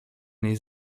niej